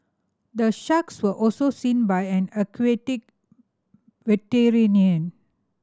the sharks were also seen by an aquatic veterinarian